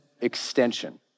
extension